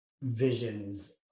visions